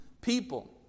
people